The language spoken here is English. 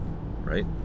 right